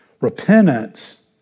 Repentance